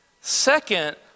Second